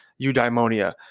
eudaimonia